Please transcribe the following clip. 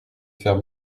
faire